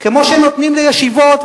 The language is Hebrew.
כמו שנותנים לישיבות,